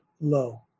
low